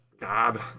God